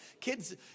Kids